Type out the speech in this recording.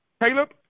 Caleb